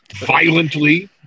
violently